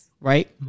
right